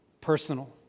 personal